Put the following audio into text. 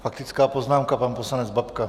Faktická poznámka pan poslanec Babka.